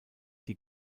die